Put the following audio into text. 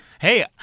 Hey